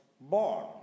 born